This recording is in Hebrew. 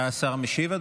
אתה השר המשיב,